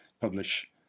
publish